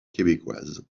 québécoise